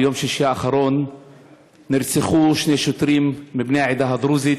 ביום שישי האחרון נרצחו שני שוטרים מבני העדה הדרוזית,